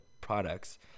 products